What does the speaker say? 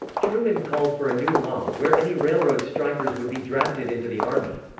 truman called for a new law, where any railroad strikers would be drafted into the army.